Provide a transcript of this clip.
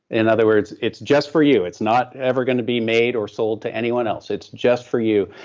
in other words, it's just for you. it's not ever going to be made or sold to anyone else. it's just for you.